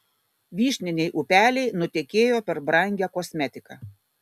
vyšniniai upeliai nutekėjo per brangią kosmetiką